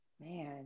man